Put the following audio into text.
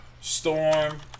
Storm